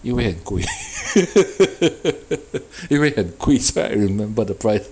因为很贵 因为很贵 so I remember the price